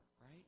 right